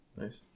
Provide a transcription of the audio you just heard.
Nice